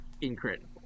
incredible